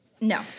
No